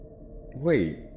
Wait